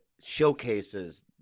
showcases